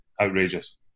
Outrageous